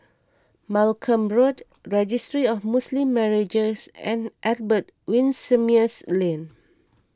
Malcolm Road Registry of Muslim Marriages and Albert Winsemius Lane